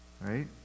right